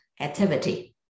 activity